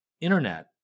internet